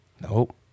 Nope